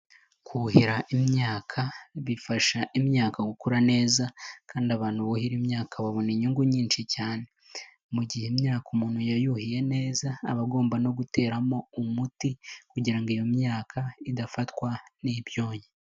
Kuhira imyaka bifasha imyaka gukura neza kandi abantu buhira imyaka babona inyungu nyinshi cyane .Mu gihe imyaka umuntu yayuhiye neza, aba agomba no guteramo umuti kugira ngo iyo myaka idafatwa n'ibyonnyi.